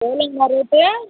எவ்வளோங்கண்ணா rate